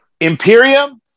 Imperium